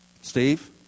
Steve